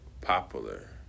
popular